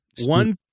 one